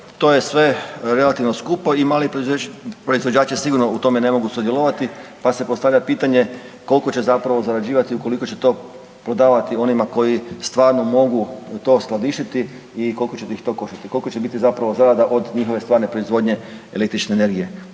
To je sve relativno skupo i mali proizvođači sigurno u tome ne mogu sudjelovati, pa se postavlja pitanje kolko će zapravo zarađivati ukoliko će to prodavati onima koji stvarno mogu to skladištiti i koliko će ih to koštati, kolko će biti zapravo zarada od njihove stvarne proizvodnje električne energije?